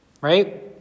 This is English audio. Right